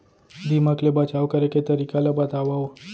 दीमक ले बचाव करे के तरीका ला बतावव?